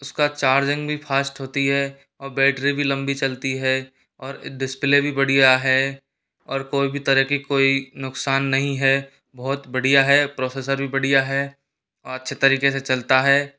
उसका चार्जिंग भी फ़ास्ट होती है और बैटरी भी लम्बी चलती है और डिस्प्ले बढ़िया है और कोई भी तरह की कोई नुकसान नहीं है बहुत बढ़िया है प्रोसेसर भी बढ़िया है अच्छे तरीके से चलता है